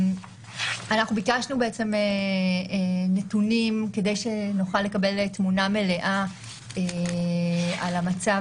ביקשנו נתונים כדי שנוכל לקבל תמונה מלאה של המצב